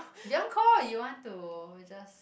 do you want call or you want to just